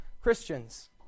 Christians